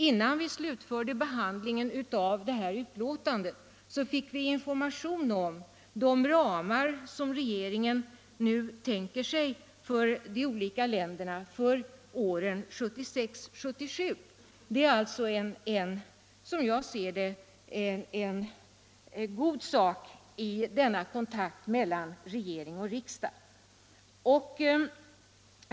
Innan vi slutförde behandlingen av detta utskottsbetänkande denna vår fick vi information om de ramar som regeringen nu tänker sig för de olika länderna året 1976/77. Det är alltså som jag ser det en god sak i denna kontakt mellan regering och riksdag.